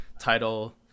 title